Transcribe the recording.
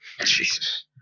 Jesus